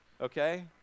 okay